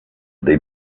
des